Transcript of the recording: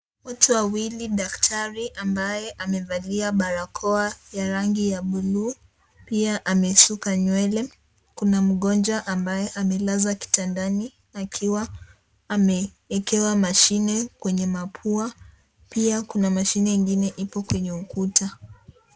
Watu wawili daktari ambaye amevalia barakoa ya rangi ya buluu pia amesuka nywele. Kuna mgonjwa ambaye amelazwa kitandani akiwa ameekewa mashine kwenye mapua. Pia kuna mashine ingine ipo kwenye ukuta.